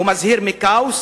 הוא מזהיר מכאוס,